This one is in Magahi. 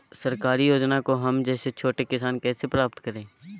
सरकारी योजना को हम जैसे छोटे किसान कैसे प्राप्त करें?